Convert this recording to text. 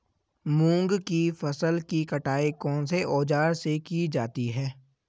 मूंग की फसल की कटाई कौनसे औज़ार से की जाती है?